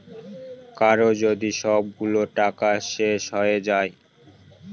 কারো যদি সবগুলো টাকা শেষ হয়ে যায়